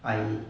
I